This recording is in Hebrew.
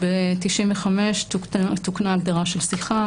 ב-95' תוקנה ההגדרה של שיחה.